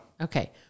Okay